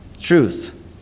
truth